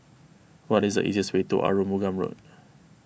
what is the easiest way to Arumugam Road